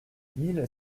mille